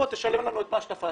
אז בוא תשלם לנו את מה שתפסנו.